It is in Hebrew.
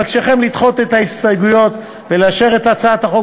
אבקשכם לדחות את ההסתייגויות ולאשר את הצעת החוק